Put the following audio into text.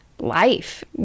life